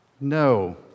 No